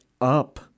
up